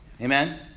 Amen